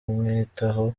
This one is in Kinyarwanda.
kumwitaho